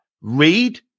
Read